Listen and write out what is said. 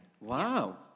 Wow